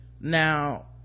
now